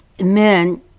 men